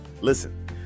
Listen